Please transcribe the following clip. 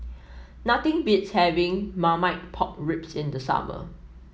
nothing beats having Marmite Pork Ribs in the summer